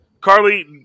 Carly